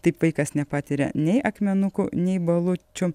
taip vaikas nepatiria nei akmenukų nei balučių